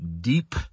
deep